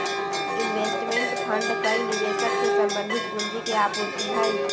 investment fund कई निवेशक से संबंधित पूंजी के आपूर्ति हई